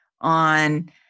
on